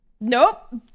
Nope